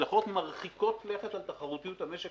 השלכות מרחיקות לכת על תחרותיות המשק,